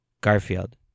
Garfield